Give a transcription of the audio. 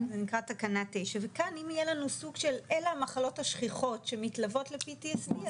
זה נקרא תקנה 9. אלה המחלות השכיחות שמתלוות ל-PTSD,